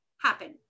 happen